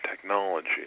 technology